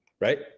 right